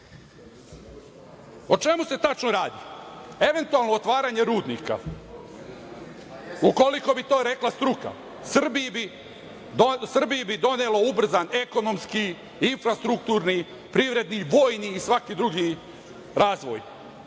čemu se tačno radi? Eventualno otvaranje rudnika, ukoliko bi to rekla struka, Srbiji bi donelo ubrzan ekonomski, infrastrukturni, privredni, vojni i svaki drugi razvoj.